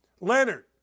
Leonard